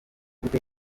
gute